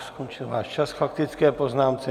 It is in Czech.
Skončil váš čas k faktické poznámce.